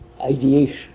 ideation